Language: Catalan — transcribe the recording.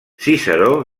ciceró